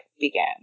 began